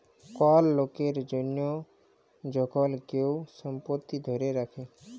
call লকের জনহ যখল কেহু সম্পত্তি ধ্যরে রাখে